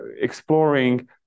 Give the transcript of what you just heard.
exploring